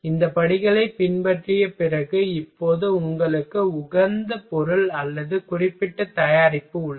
இந்த படிகளைப் பின்பற்றிய பிறகு இப்போது உங்களுக்கு உகந்த பொருள் அல்லது குறிப்பிட்ட தயாரிப்பு உள்ளது